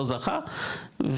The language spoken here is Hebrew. לא זכה,